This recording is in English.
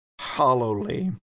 hollowly